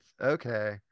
okay